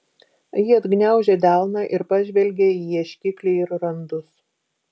ji atgniaužė delną ir pažvelgė į ieškiklį ir randus